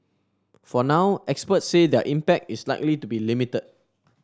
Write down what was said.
for now experts say their impact is likely to be limited